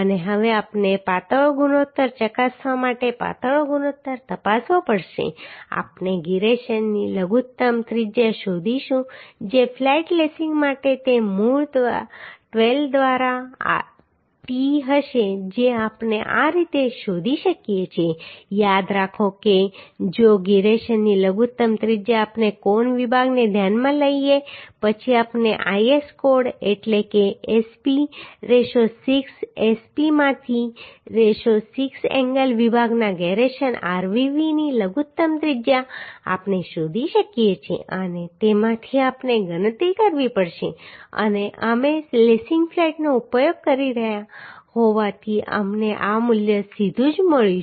અને હવે આપણે પાતળો ગુણોત્તર ચકાસવા માટે પાતળો ગુણોત્તર તપાસવો પડશે આપણે ગિરેશનની લઘુત્તમ ત્રિજ્યા શોધીશું જે ફ્લેટ લેસિંગ માટે છે તે મૂળ 12 દ્વારા ટી હશે જે આપણે આ રીતે શોધી શકીએ છીએ યાદ રાખો કે જો ગિરેશનની લઘુત્તમ ત્રિજ્યા આપણે કોણ વિભાગને ધ્યાનમાં લઈએ પછી આપણે IS કોડ એટલે કે SP 6 SP માંથી 6 એંગલ વિભાગના gyration rvv ની લઘુત્તમ ત્રિજ્યા આપણે શોધી શકીએ છીએ અને તેમાંથી આપણે ગણતરી કરવી પડશે અને અમે લેસિંગ ફ્લેટનો ઉપયોગ કરી રહ્યા હોવાથી અમને આ મૂલ્ય સીધું જ મળ્યું